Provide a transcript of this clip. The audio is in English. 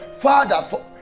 Father